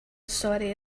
sorry